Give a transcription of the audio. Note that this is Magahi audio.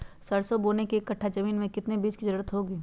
सरसो बोने के एक कट्ठा जमीन में कितने बीज की जरूरत होंगी?